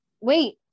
Wait